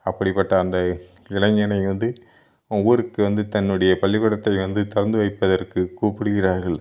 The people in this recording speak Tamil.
அப்படிப்பட்ட அந்த இளைஞனை வந்து ஊருக்கு வந்து தன்னுடைய பள்ளிக்கூடத்தை வந்து திறந்து வைப்பதற்கு கூப்பிடுகிறார்கள்